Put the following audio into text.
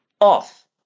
Off